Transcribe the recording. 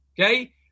okay